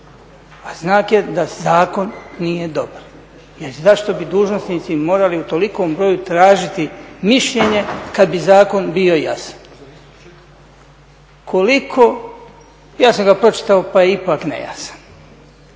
Pa znak je da zakon nije dobar, jer zašto bi dužnosnici morali u tolikom broju tražiti mišljenje kad bi zakon bio jasan. Ja sam ga pročitao pa je ipak nejasan